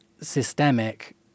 systemic